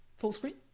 full screen.